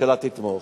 הממשלה תתמוך.